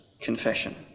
confession